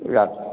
ৰা